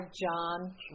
John